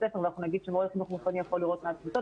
ספר ואנחנו נגיד שמורה לחינוך גופני לא יכול לראות את הכיתות.